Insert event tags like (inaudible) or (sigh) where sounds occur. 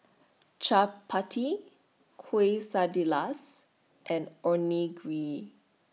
(noise) Chapati Quesadillas and Onigiri